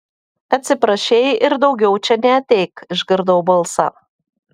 atsiprašei ir daugiau čia neateik išgirdau balsą